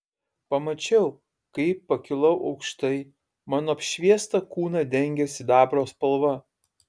pamačiau kaip pakilau aukštai mano apšviestą kūną dengė sidabro spalva